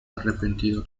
arrepentido